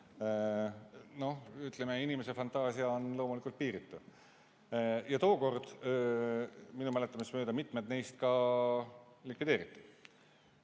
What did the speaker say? Ütleme, et inimese fantaasia on piiritu. Ja tookord minu mäletamist mööda mitmed neist ka likvideeriti. Miks